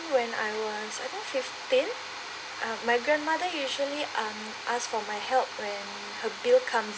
when I was I think fifteen um my grandmother usually um ask for my help when her bill come